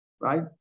right